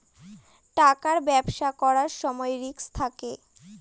টাকার ব্যবসা করার সময় রিস্ক থাকে